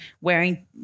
wearing